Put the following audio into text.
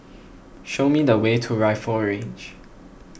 show me the way to Rifle Range